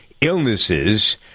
illnesses